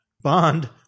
Bond